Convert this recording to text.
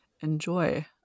enjoy